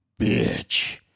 Bitch